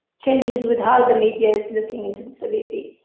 changes with how the media is looking into disability.